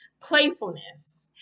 playfulness